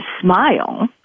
smile